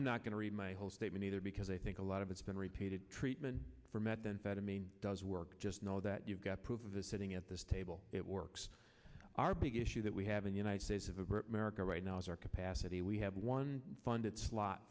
i'm not going to read my whole statement either because i think a lot of it's been repeated treatment for methamphetamine does work just know that you've got proof of this sitting at this table it works our big issue that we have in the united states of america right now is our capacity we have one funded slot